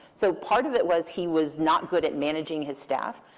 so part of it was he was not good at managing his staff.